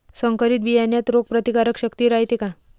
संकरित बियान्यात रोग प्रतिकारशक्ती रायते का?